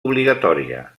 obligatòria